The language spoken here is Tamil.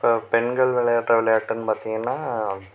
இப்போ பெண்கள் விளையாடுகிற விளையாட்டுனு பார்த்திங்கனா